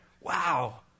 Wow